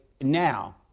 now